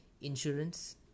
insurance